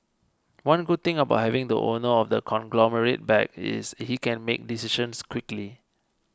one good thing about having the owner of the conglomerate back is he can make decisions quickly